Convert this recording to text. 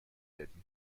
دادی